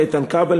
איתן כבל,